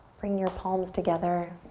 bring your palms together.